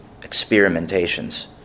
experimentations